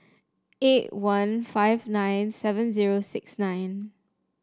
eight one five nine seven zero six nine